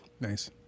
Nice